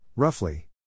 Roughly